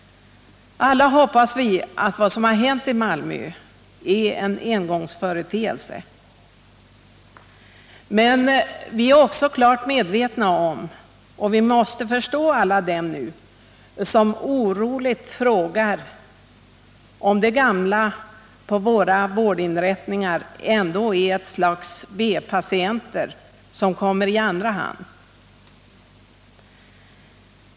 Alla hoppas vi att vad som har hänt i Malmö är en engångsföreteelse. Vi måste förstå alla dem som oroligt frågar om de gamla på våra vårdinrättningar ändå är ett slags B-patienter som kommer i andra hand.